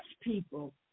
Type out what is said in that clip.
people